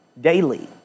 daily